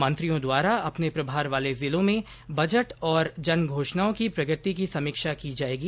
मंत्रियों द्वारा अपने प्रभार वाले जिलों में बजट और जन घोषणाओं की प्रगति की समीक्षा की जाएगी